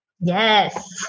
Yes